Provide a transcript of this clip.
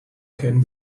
can